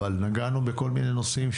אבל נגענו בכל מיני נושאים,